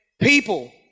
people